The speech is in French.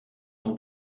son